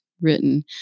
written